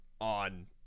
on